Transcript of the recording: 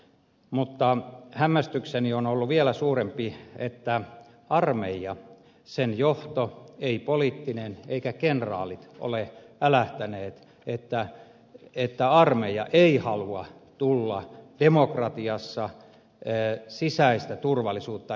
mutta hämmästykseni on ollut vielä suurempi kun ei armeija sen johto ei poliittinen johto eivätkä kenraalit ole älähtäneet että armeija ei halua tulla demokratiassa sisäistä turvallisuutta ylläpitämään